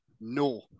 No